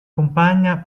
compagna